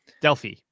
Delphi